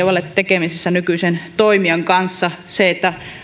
ole tekemistä nykyisen toimijan kanssa ja